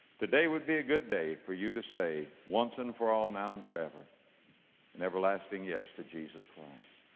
today would be a good day for you to say once and for all now and forever an everlasting yes to jesus christ.